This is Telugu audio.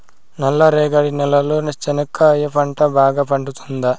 నల్ల రేగడి నేలలో చెనక్కాయ పంట బాగా పండుతుందా?